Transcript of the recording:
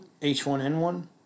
H1N1